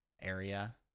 area